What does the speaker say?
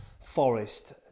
Forest